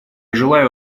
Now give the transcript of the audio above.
желаю